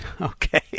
Okay